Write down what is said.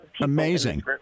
Amazing